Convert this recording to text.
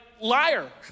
liar